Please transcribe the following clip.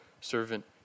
servant